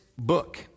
book